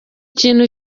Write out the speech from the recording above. kintu